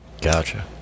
Gotcha